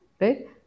right